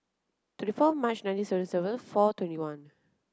twenty four March nineteen seventy seven four twenty one